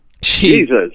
Jesus